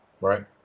right